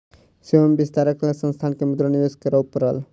सेवा में विस्तारक लेल संस्थान के मुद्रा निवेश करअ पड़ल